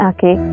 Okay